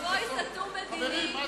למבוי סתום מדיני,